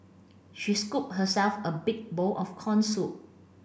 she scooped herself a big bowl of corn soup